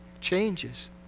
changes